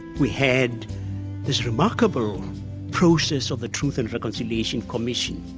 we had this remarkable process of the truth and reconciliation commission.